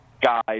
guys